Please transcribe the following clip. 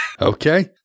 Okay